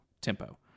tempo